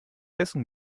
essen